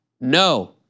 No